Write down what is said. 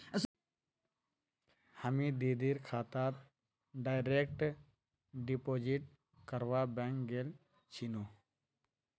हामी दीदीर खातात डायरेक्ट डिपॉजिट करवा बैंक गेल छिनु